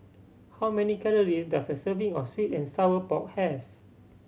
how many calories does a serving of sweet and sour pork have